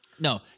No